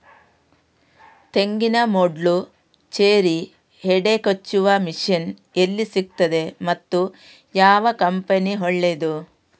ತೆಂಗಿನ ಮೊಡ್ಲು, ಚೇರಿ, ಹೆಡೆ ಕೊಚ್ಚುವ ಮಷೀನ್ ಎಲ್ಲಿ ಸಿಕ್ತಾದೆ ಮತ್ತೆ ಯಾವ ಕಂಪನಿ ಒಳ್ಳೆದು?